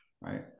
right